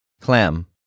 Clam